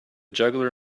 juggler